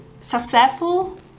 successful